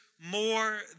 more